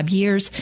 years